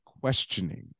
questioning